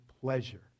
pleasure